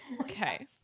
Okay